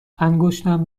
انگشتم